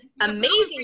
amazing